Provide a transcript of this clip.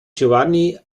giovanni